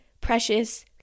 precious